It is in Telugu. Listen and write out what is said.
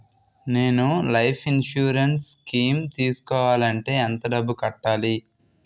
నేను లైఫ్ ఇన్సురెన్స్ స్కీం తీసుకోవాలంటే ఎంత డబ్బు కట్టాలి?